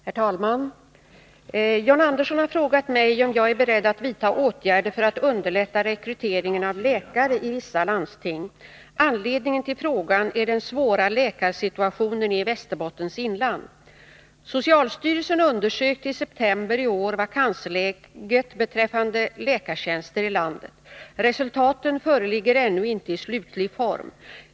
Herr talman! John Andersson har frågat mig om jag är beredd att vidta åtgärder för att underlätta rekryteringen av läkare i vissa landsting. Anledningen till frågan är den svåra läkarsituationen i Västerbottens inland. Socialstyrelsen undersökte i september i år vakansläget beträffande läkartjänster i landet. Resultaten föreligger ännu inte i slutlig form.